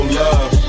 love